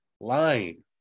lying